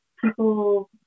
people